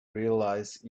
realize